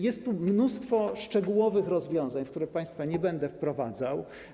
Jest tu mnóstwo szczegółowych rozwiązań, w które państwa nie będę wprowadzał.